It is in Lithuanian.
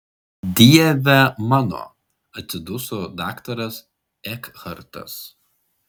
dieve mano atsiduso daktaras ekhartas